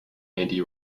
andy